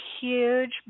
huge